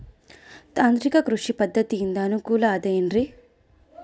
ತಾಂತ್ರಿಕ ಕೃಷಿ ಪದ್ಧತಿಯಿಂದ ಅನುಕೂಲತೆ ಅದ ಏನ್ರಿ?